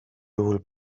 juhul